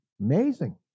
amazing